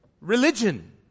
religion